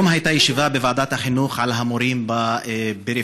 היום הייתה ישיבה בוועדת החינוך על המורים בפריפריה,